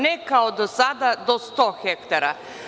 Ne kao do sada, do 100 hektara.